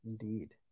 indeed